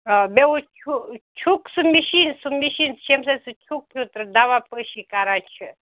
آ بیٚیہِ ہُو چھُ چھُک سُہ مِشیٖن سُہ مِشیٖن ییٚمہِ سۭتۍ سُہ چھُک ہیٛوٗ سُہ دوا پٲشی کَران چھِ